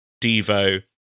Devo